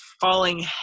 falling